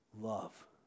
love